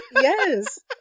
Yes